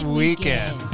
weekend